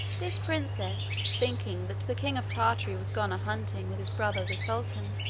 this princess thinking that the king of tartary was gone a-hunting with his brother the sultan,